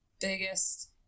biggest